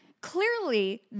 clearly